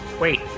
Wait